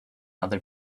other